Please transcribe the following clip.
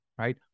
right